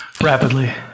rapidly